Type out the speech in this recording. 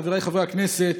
חבריי חברי הכנסת,